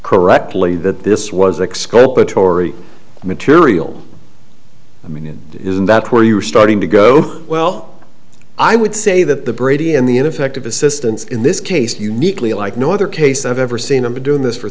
correctly that this was exculpatory material i mean isn't that where you are starting to go well i would say that the brady and the ineffective assistance in this case uniquely like no other case i've ever seen i've been doing this for